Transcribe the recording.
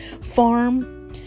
farm